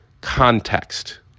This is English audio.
context